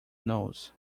knows